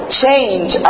change